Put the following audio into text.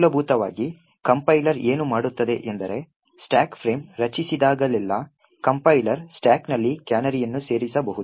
ಮೂಲಭೂತವಾಗಿ ಕಂಪೈಲರ್ ಏನು ಮಾಡುತ್ತದೆ ಎಂದರೆ ಸ್ಟಾಕ್ ಫ್ರೇಮ್ ರಚಿಸಿದಾಗಲೆಲ್ಲಾ ಕಂಪೈಲರ್ ಸ್ಟಾಕ್ನಲ್ಲಿ ಕ್ಯಾನರಿಯನ್ನು ಸೇರಿಸಬಹುದು